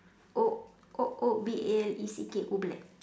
O O O B L E C K Oobleck